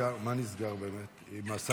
מה באמת נסגר עם השר?